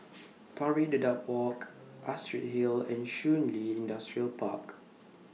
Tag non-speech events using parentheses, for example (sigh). (noise) Pari Dedap Walk Astrid Hill and Shun Li Industrial Park